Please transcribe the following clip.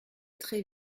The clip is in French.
très